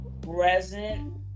present